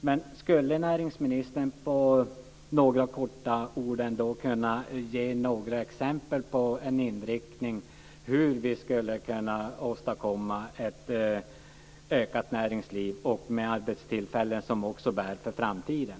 Kanske kunde näringsministern helt kort ge några exempel på en inriktning för hur vi skulle kunna åstadkomma ett utökat näringsliv med arbetstillfällen som också bär för framtiden.